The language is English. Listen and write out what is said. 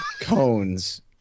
cones